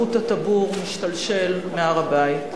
חוט הטבור משתלשל מהר-הבית.